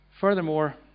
furthermore